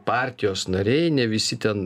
partijos nariai ne visi ten